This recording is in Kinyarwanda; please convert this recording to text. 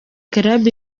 club